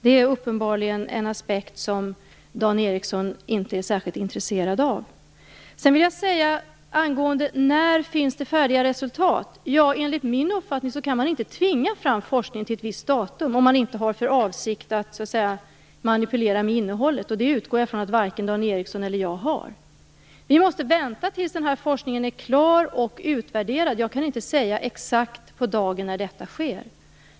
Det är uppenbarligen en aspekt som Dan Ericsson inte är särskilt intresserad av. Jag vill vidare angående när det kommer att finnas färdiga resultat säga att man enligt min uppfattning inte kan tvinga fram forskning till ett visst datum, om man inte har för avsikt att manipulera innehållet. Jag utgår från att varken Dan Ericsson eller jag har den avsikten. Vi måste vänta tills den här forskningen är klar och utvärderad. Jag kan inte exakt på dagen säga när detta sker.